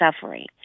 suffering